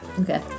Okay